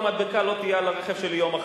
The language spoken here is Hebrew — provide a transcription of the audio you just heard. לא תהיה מדבקה על הרכב שלי יום אחרי.